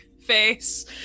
face